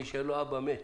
מי שאין לו אבא מת,